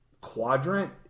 quadrant